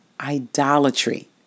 idolatry